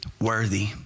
worthy